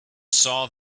saw